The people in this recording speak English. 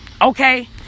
Okay